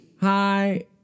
hi